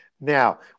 Now